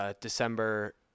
December